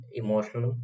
emotional